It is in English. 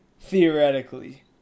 theoretically